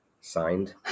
signed